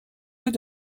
ceux